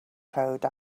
code